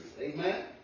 Amen